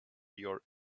your